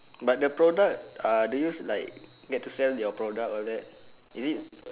but the product uh do you use like get to sell your products all that is it